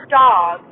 dog